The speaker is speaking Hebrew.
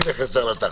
נגיע לזה.